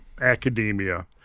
academia